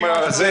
זו,